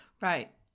Right